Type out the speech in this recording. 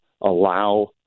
allow